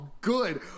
good